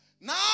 Now